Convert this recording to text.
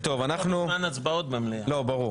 אוקיי.